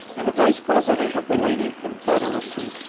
and the vice-president of the waning confederacy,